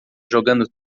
jogando